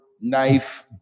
knife